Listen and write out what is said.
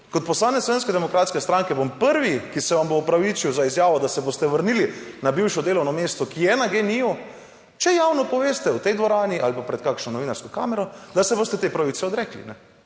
kot poslanec Slovenske demokratske stranke bom prvi, ki se vam bo opravičil za izjavo, da se boste vrnili na bivšo delovno mesto, ki je na GEN-I-ju, če javno poveste v tej dvorani ali pa pred kakšno novinarsko kamero, da se boste te pravice odrekli,